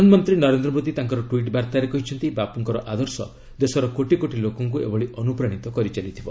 ପ୍ରଧାନମନ୍ତ୍ରୀ ନରେନ୍ଦ୍ର ମୋଦି ତାଙ୍କର ଟ୍ୱିଟ୍ ବାର୍ତ୍ତାରେ କହିଛନ୍ତି ବାପୁଙ୍କର ଆଦର୍ଶ ଦେଶର କୋଟି କୋଟି ଲୋକଙ୍କୁ ଏଭଳି ଅନୁପ୍ରାଣିତ କରି ଚାଲିଥିବ